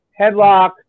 headlock